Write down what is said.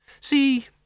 See